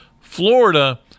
Florida